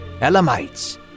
Elamites